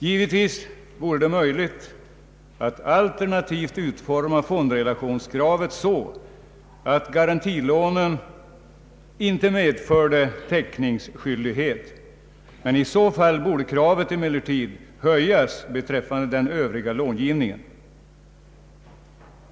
Givetvis vore det möjligt att alternativt utforma fondrelationskravet så att garantilånen inte medförde täckningsskyldighet, men i så fall borde kravet emellertid höjas beträffande den övriga långivningen.